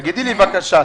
תגידי לי בבקשה,